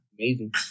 amazing